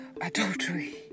adultery